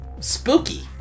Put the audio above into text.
spooky